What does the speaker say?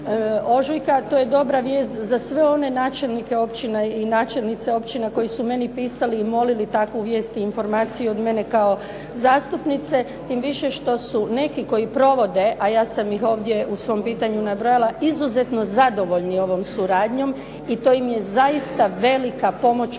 ožujka. To je dobra vijest za sve one načelnike općina i načelnice općina koji su meni pisali i molili takvu vijest i informaciju od mene kao zastupnice, tim više što su neki koji provode a ja sam ih ovdje u svom pitanju nabrojala izuzetno zadovoljni ovom suradnjom. I to im je zaista velika pomoć u